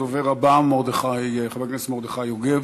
הדובר הבא, חבר הכנסת מרדכי יוגב.